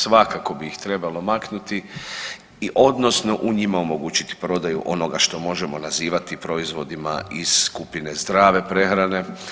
Svakako bi ih trebalo maknuti, odnosno u njima omogućiti prodaju onoga što možemo nazivati proizvodima iz skupine zdrave prehrane.